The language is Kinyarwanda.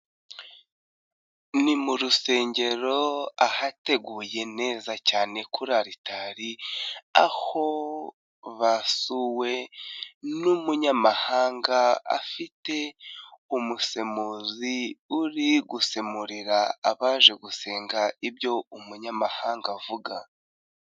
Ni mu rusengero ahateguye neza cyane kuri aritari, aho basuwe n'umunyamahanga afite umusemuzi uri gusemurira abaje gusenga ibyo umunyamahanga avuga.